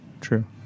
True